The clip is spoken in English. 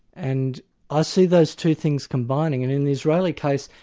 and i see those two things combining and in the israeli case,